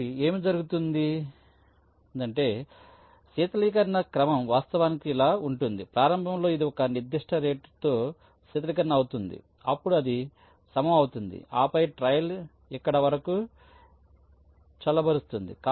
కాబట్టి ఏమి జరుగుతుందంటే శీతలీకరణ క్రమం వాస్తవానికి ఇలా ఉంటుంది ప్రారంభంలో ఇది ఒక నిర్దిష్ట రేటుతో శీతలీకరణ అవుతుందిఅప్పుడు అది సమం అవుతుంది ఆపై ట్రయల్ ఇక్కడ వరకు చల్లబరుస్తుంది